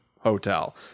hotel